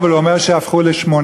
אבל הוא אומר שהפכו ל-8,